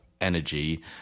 energy